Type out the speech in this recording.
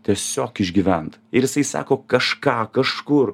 tiesiog išgyvent ir jisai sako kažką kažkur